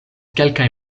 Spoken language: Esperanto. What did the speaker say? kelkaj